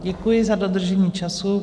Děkuji za dodržení času.